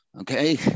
Okay